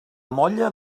molla